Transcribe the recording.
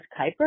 Kuiper